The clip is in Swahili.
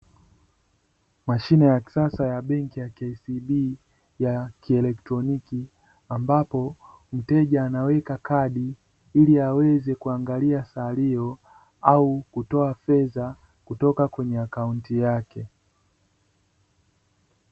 Mashine ya kisasa ya benki ya KCB ya kieletroniki, ambapo mteja anaweka kadi ili aweze kuangalia salio au kutoa fedha kutoka kwenye akaunti yake.